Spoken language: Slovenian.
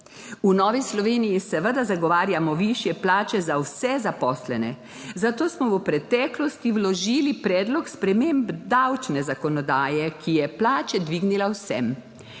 V Novi Sloveniji seveda zagovarjamo višje plače za vse zaposlene, zato smo v preteklosti vložili predlog sprememb davčne zakonodaje, ki je plače dvignila vsem,